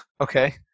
Okay